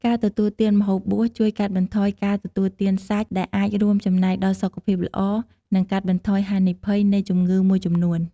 ការទទួលទានម្ហូបបួសជួយកាត់បន្ថយការទទួលទានសាច់ ដែលអាចរួមចំណែកដល់សុខភាពល្អ និងកាត់បន្ថយហានិភ័យនៃជំងឺមួយចំនួន។